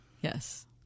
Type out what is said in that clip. Yes